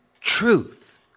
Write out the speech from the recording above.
truth